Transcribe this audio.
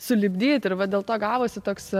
sulipdyt ir va dėl to gavosi toks